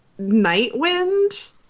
Nightwind